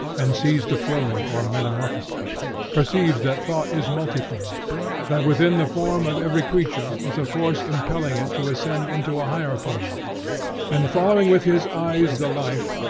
and sees the flowing or metamorphosis perceives that thought is multiform that within the form of every creature is a force impelling it to ascend into a higher form and following with his eyes the life,